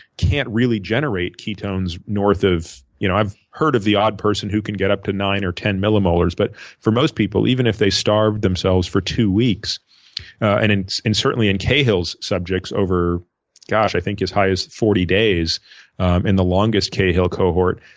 can't really generate ketones north of you know i've heard of the odd person who can get up to nine or ten millimolars but for most people even if they starved themselves for two weeks and certainly in cahill's subjects over gosh, i think his highest forty days in the longest cahill cohort,